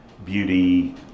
Beauty